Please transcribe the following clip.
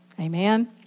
Amen